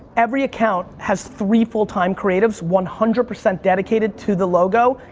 every account has three full-time creatives one hundred percent dedicated to the logo,